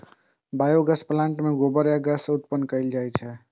biogas plant मे गोबर सं गैस उत्पन्न कैल जाइ छै